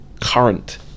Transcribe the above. current